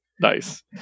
Nice